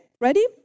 ready